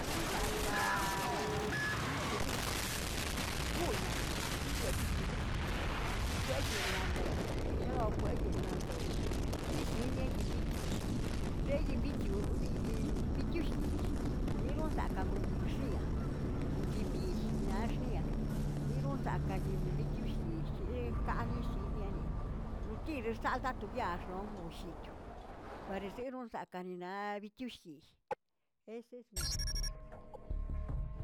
Runzaꞌkaꞌ michiuꞌush, rguyan gliebitiꞌush chikweꞌ yinꞌnan lde chirakweꞌ yinꞌnan lde, chiꞌsiniꞌe yinꞌ bichiosh, xen yinꞌ bichiꞌu biyun bichushyill lerol saꞌkaꞌ kon yinꞌ xṉiꞌa, kon yinꞌ bill ninaꞌ xṉiꞌa, nirunsaꞌka' yinꞌ bichulldill cheleꞌ kaꞌnill shiniani, nutiri chsalta ton yaax wongollichu pareseron sakaanina bichush yiꞌn eses miltomate.